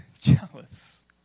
jealous